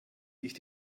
ich